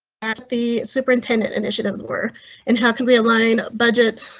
at the superintendent initiatives were and how can we align budget?